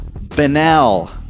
banal